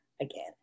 again